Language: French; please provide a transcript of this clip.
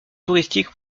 touristique